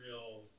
Real